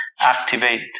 activate